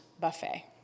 buffet